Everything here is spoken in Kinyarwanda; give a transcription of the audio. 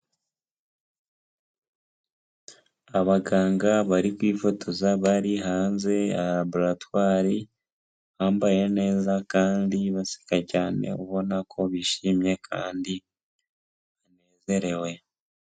Abaganga bari kwifotoza bari hanze ya laboratwari bambaye neza kandi baseka cyane ubona ko bishimye kandi banezerewe.